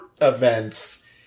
events